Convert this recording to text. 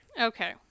Okay